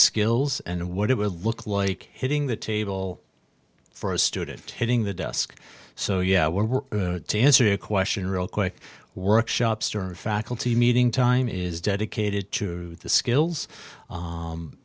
skills and what it will look like hitting the table for a student hitting the desk so yeah we're going to answer your question real quick workshops faculty meeting time is dedicated to the skills